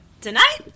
tonight